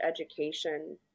education